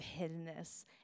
hiddenness